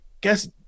guess